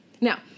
Now